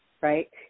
right